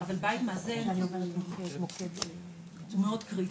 אבל בית מאזן הוא מאוד קריטי.